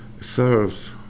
serves